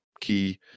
key